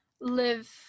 live